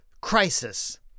crisis